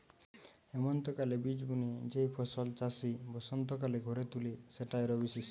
হেমন্তকালে বীজ বুনে যেই ফসল চাষি বসন্তকালে ঘরে তুলে সেটাই রবিশস্য